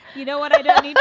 you know what i mean?